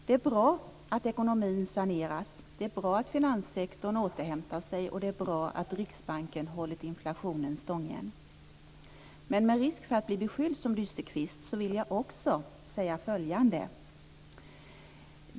Det är bra att ekonomin saneras, det är bra att finanssektorn återhämtar sig och det är bra att Riksbanken hållit inflationen stången. Men med risk för att bli beskylld för att vara dysterkvist vill jag också säga följande.